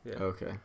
Okay